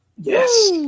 Yes